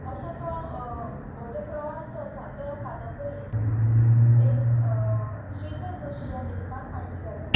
असो जो हे जो प्रवास जो आसा तो ह्या कादंबरीन एक श्रीजत जोशी ह्या लेखकान मांडिल्लो आसा